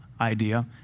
idea